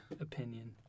Opinion